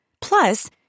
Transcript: Plus